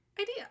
idea